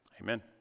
Amen